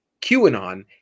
QAnon